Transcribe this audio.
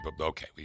Okay